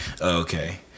Okay